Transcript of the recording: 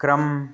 ਕ੍ਰਮ